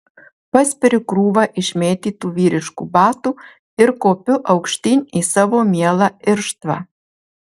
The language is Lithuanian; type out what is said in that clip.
paspiriu krūvą išmėtytų vyriškų batų ir kopiu aukštyn į savo mielą irštvą